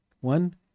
One